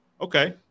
okay